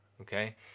okay